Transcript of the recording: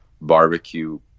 barbecue